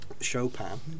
Chopin